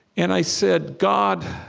and i said, god,